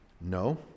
No